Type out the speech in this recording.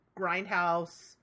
grindhouse